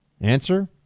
answer